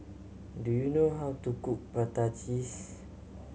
do you know how to cook prata cheese